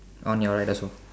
on your right also